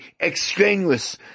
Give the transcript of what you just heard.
extraneous